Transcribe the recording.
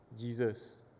Jesus